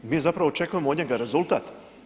Mi zapravo očekujemo od njega rezultat.